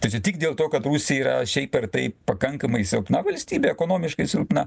tai čia tik dėl to kad rusija šiaip ar taip pakankamai silpna valstybė ekonomiškai silpna